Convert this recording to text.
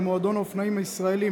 למועדון האופנועים הישראלי,